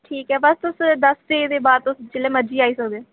ठीक ऐ बस तुस दस्स बजे दे बाद तुस जेल्लै मर्जी आई सकदे ओ